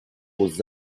aux